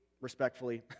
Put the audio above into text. respectfully